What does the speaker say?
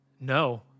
no